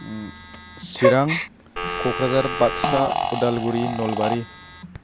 Chirang Kokrajhar Baksa Udalguri Nalbari